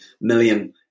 million